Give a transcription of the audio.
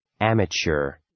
Amateur